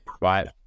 right